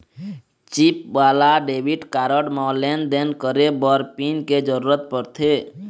chip वाला debit card म लेन देन करे बर पिन के जरूरत परथे